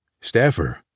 Staffer